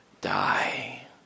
die